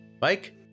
mike